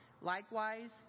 Likewise